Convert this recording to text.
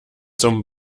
zum